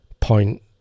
point